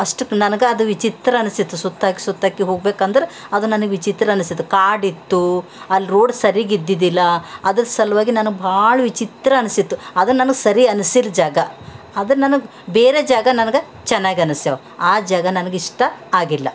ಅಷ್ಟಕ್ಕೆ ನನ್ಗೆ ಅದು ವಿಚಿತ್ರ ಅನ್ಸಿತ್ತು ಸುತ್ತಾಕಿ ಸುತ್ತಾಕಿ ಹೋಗ್ಬೇಕಂದ್ರೆ ಅದು ನನಗೆ ವಿಚಿತ್ರ ಅನ್ನಿಸಿತು ಕಾಡಿತ್ತು ಅಲ್ಲಿ ರೋಡ್ ಸರೀಗೆ ಇದ್ದಿದ್ದಿಲ್ಲ ಅದ್ರ ಸಲುವಾಗಿ ನಾನು ಬಹಳ ವಿಚಿತ್ರ ಅನ್ನಿಸಿತು ಅದು ನನಗೆ ಸರಿ ಅನ್ಸಿಲ್ಲ ಜಾಗ ಅದು ನನಗೆ ಬೇರೆ ಜಾಗ ನನಗೆ ಚೆನ್ನಾಗಿ ಅನ್ನಿಸ್ಯಾವ ಆ ಜಾಗ ನನಗಿಷ್ಟ ಆಗಿಲ್ಲ